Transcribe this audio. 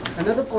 and the